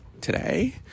today